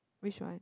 which one